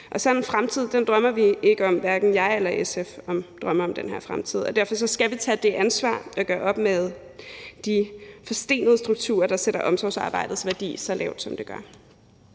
fag. Sådan en fremtid drømmer vi ikke om, hverken jeg eller SF, og derfor skal vi tage det ansvar at gøre op med de forstenede strukturer, der sætter omsorgsarbejdets værdi så lavt, som det gøres.